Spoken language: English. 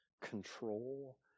control